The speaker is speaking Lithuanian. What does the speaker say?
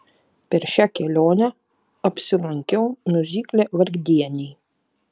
per šią kelionę apsilankiau miuzikle vargdieniai